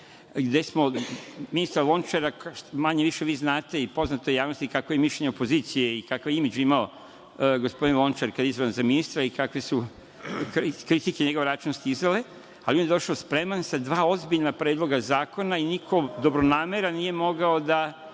gde za ministra Lončara, manje-više znate, poznato je javnosti, kakvo je mišljenje opozicije koji je imidž imao gospodin Lončar kada je izabran za ministra i kakve su kritike na njegov račun stizale, ali on je došao spreman sa dva ozbiljna predloga zakona i niko dobronameran nije mogao